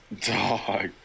dog